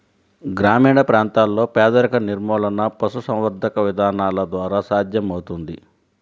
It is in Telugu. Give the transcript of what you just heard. గ్రామీణ ప్రాంతాలలో పేదరిక నిర్మూలన పశుసంవర్ధక విధానాల ద్వారా సాధ్యమవుతుంది